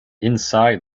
inside